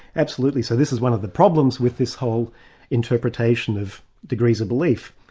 absolutely. so this is one of the problems with this whole interpretation of degrees of belief.